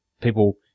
people